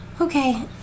Okay